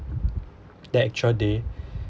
that extra day